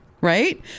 right